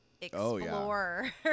explore